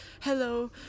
Hello